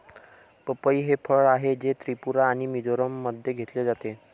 पपई हे फळ आहे, जे त्रिपुरा आणि मिझोराममध्ये घेतले जाते